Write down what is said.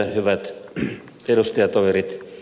hyvät edustajatoverit